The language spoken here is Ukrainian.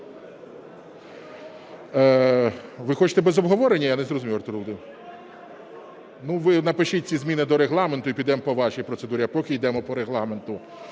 Ви хочете без обговорення, я не зрозумів, Артур Володимирович? Ви напишіть ці зміни до Регламенту і підемо по вашій процедурі, а поки йдемо по Регламенту.